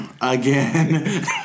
again